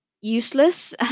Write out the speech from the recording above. useless